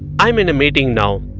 i am in a meeting now